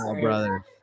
brother